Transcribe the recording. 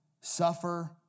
Suffer